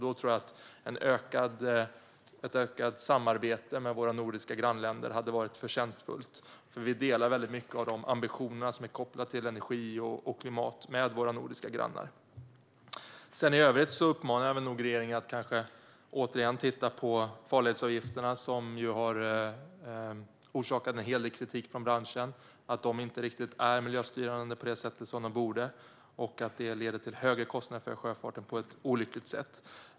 Jag tror att ett ökat samarbete med våra nordiska grannländer hade varit förtjänstfullt, eftersom vi delar väldigt mycket av de ambitioner som är kopplade till energi och klimat med våra nordiska grannar. I övrigt uppmanar jag regeringen att kanske återigen titta på farledsavgifterna, som ju har orsakat en hel del kritik från branschen eftersom de inte är miljöstyrande riktigt på det sätt som de borde vara och leder till högre kostnader för sjöfarten på ett olyckligt sätt.